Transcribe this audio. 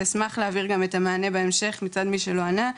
ואשמח להעביר גם את המענה בהמשך מצד מי שלא ענה.